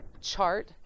chart